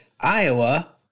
Iowa